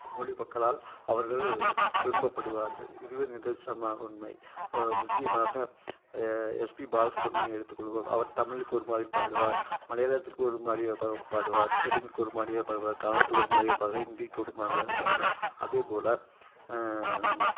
அம்மொழி மக்களால் அவர்கள் விரும்பப்படுவார்கள் இதுவே நிதர்ஷமான உண்மை முக்கியமாக எஸ்பி பாலசுப்ரமணி எடுத்துக்கொள்வோம் அவர் தமிழுக்கு ஒருமாதிரி பாடுவார் மலையாளத்துக்கு ஒருமாதிரியா பா பாடுவார் தெலுங்குக்கு ஒருமாரியா பாடுவார் கன்னடத்துக்கு ஒருமாதிரியா பாடுவார் இந்திக்கு ஒருமாதிரியாக பாடுவார் அதேப்போல